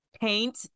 Paint